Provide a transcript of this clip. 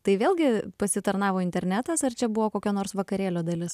tai vėlgi pasitarnavo internetas ar čia buvo kokio nors vakarėlio dalis